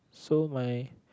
so my